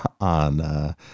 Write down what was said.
on